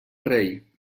rei